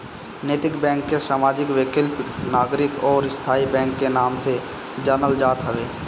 नैतिक बैंक के सामाजिक, वैकल्पिक, नागरिक अउरी स्थाई बैंक के नाम से जानल जात हवे